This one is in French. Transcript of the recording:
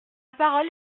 parole